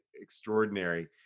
extraordinary